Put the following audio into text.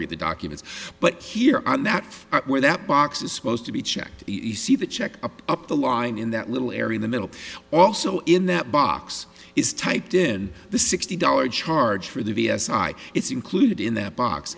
read the documents but here on that where that box is supposed to be checked e c the check up the line in that little area the middle also in that box is typed in the sixty dollars charge for the b s i it's included in that box